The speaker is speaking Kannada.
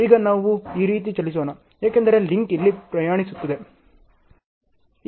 ಈಗ ನಾವು ಈ ರೀತಿ ಚಲಿಸೋಣ ಏಕೆಂದರೆ ಲಿಂಕ್ ಇಲ್ಲಿ ಪ್ರಯಾಣಿಸುತ್ತಿದೆ